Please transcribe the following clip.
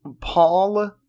Paul